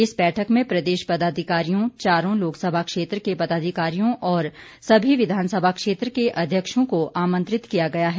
इस बैठक में प्रदेश पदाधिकारियों चारों लोकसभा क्षेत्र के पदाधिकारियों और सभी विधानसभा क्षेत्र के अध्यक्षों को आमंत्रित किया गया है